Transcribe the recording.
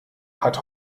hat